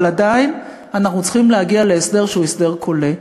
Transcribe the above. אבל עדיין אנחנו צריכים להגיע להסדר שהוא הסדר כולל.